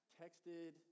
texted